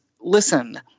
listen –